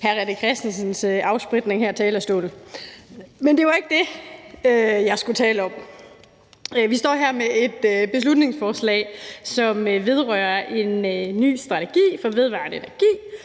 René Christensens afspritning her af talerstolen. Men det var ikke det, jeg skulle tale om. Vi står her med et beslutningsforslag, som vedrører en ny strategi for vedvarende energi